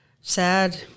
sad